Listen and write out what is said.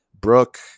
Brooke